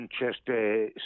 Manchester